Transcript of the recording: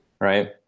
Right